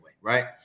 right